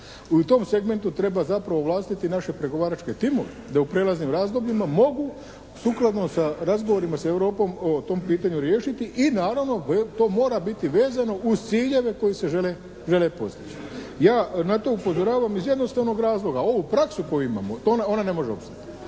U tom segmentu treba zapravo ovlastiti naše pregovaračke timove da u prijelaznim razdobljima mogu sukladno sa razgovorima sa Europom o tom pitanju riješiti i naravno to mora biti vezano uz ciljeve koji se žele postići. Ja na to upozoravam iz jednostavnog razloga. Ovu praksu koju imamo to, ona ne može opstati.